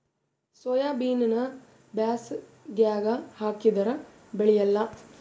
ಸೋಯಾಬಿನ ಬ್ಯಾಸಗ್ಯಾಗ ಹಾಕದರ ಬೆಳಿಯಲ್ಲಾ?